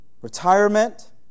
retirement